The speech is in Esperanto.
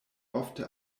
ofte